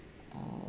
uh